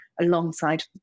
alongside